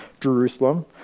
Jerusalem